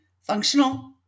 functional